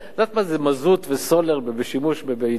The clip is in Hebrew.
את יודעת מה זה מזוט וסולר בשימוש בייצור חשמל?